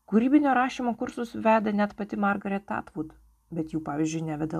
kūrybinio rašymo kursus veda net pati margaret atvud bet jų pavyzdžiui neveda